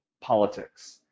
politics